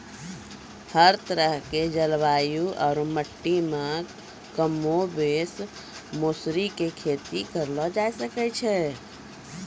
हर तरह के जलवायु आरो मिट्टी मॅ कमोबेश मौसरी के खेती करलो जाय ल सकै छॅ